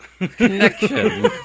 connection